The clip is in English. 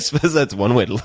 suppose that's one way to look